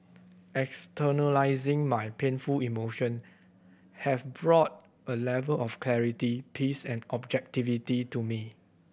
externalizing my painful emotion have brought a level of clarity peace and objectivity to me